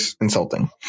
insulting